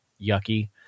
yucky